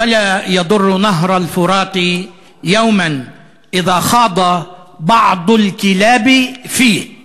והרי גם נהר פרת לא יינזק אם יחצהו אחד הכלבים ביום מן